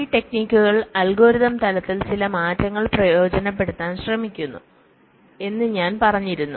ഈ ടെക്നിക്കുകൾ അൽഗോരിതം തലത്തിൽ ചില മാറ്റങ്ങൾ പ്രയോജനപ്പെടുത്താൻ ശ്രമിക്കുന്നു എന്ന് ഞാൻ പറഞ്ഞിരുന്നു